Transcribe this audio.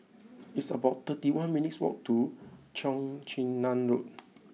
it's about thirty one minutes' walk to Cheong Chin Nam Road